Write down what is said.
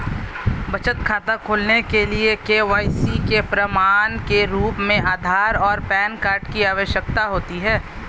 बचत खाता खोलने के लिए के.वाई.सी के प्रमाण के रूप में आधार और पैन कार्ड की आवश्यकता होती है